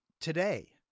today